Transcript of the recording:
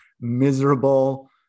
miserable